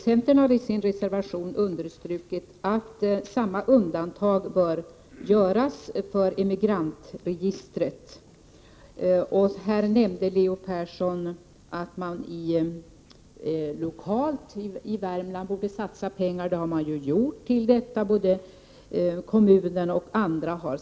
Centern har i en reservation understrukit att samma undantag bör göras för Emigrantregistret. Leo Persson nämnde att man lokalt i Värmland borde satsa pengar på detta, vilket man också har gjort, både kommunen och andra.